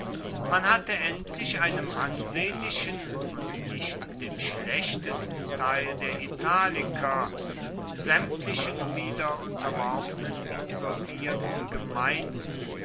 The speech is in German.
man hatte endlich einem ansehnlichen und nicht dem schlechtesten teil der italiker sämtlichen wieder unterworfenen insurgierten gemeinden